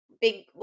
big